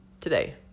today